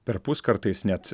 perpus kartais net